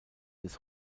des